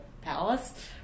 palace